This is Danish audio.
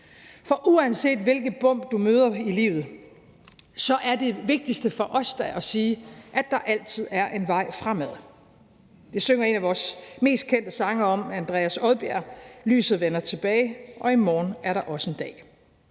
For uanset hvilke bump du møder i livet, er det vigtigste for os da at sige, at der altid er en vej fremad. Det synger en vores mest kendte sangere, Andreas Odbjerg, om: Lyset vender tilbage, og i morgen er der også en dag.